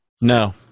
No